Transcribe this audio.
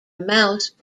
mouse